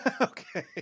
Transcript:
Okay